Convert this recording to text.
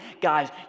Guys